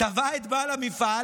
תבע את בעל המפעל